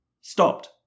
stopped